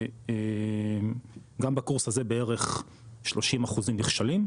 וגם בקורס הזה בערך 30% נכשלים,